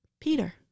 Peter